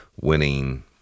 winning